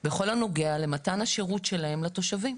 בכל הנוגע למתן השירות שלהם לתושבים.